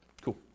Cool